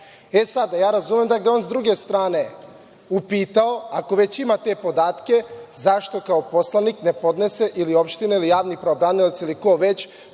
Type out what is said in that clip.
sad, ja razumem da ga je on s druge strane upitao, ako već ima te podatke, zašto kao poslanik ne podnese ili opština ili javni pravobranilac ili ko već,